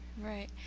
Right